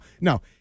No